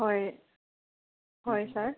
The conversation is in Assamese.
হয় হয় ছাৰ